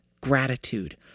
gratitude